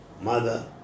mother